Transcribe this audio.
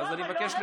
לא אמרת.